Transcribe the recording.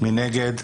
מי נגד?